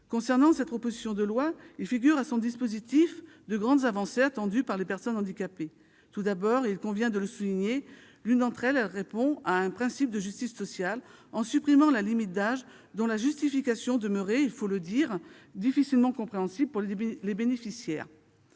Concernant cette proposition de loi, il figure à son dispositif de grandes avancées attendues par les personnes handicapées. Tout d'abord, et il convient de le souligner, l'une d'entre elles répond à un principe de justice sociale en supprimant la limite d'âge dont la justification demeurait, il faut le dire, difficilement compréhensible pour les bénéficiaires.